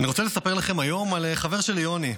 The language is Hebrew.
אני רוצה לספר לכם היום על חבר שלי יוני.